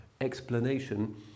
explanation